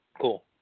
Cool